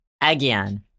again